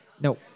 No